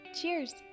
Cheers